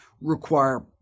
require